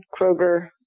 Kroger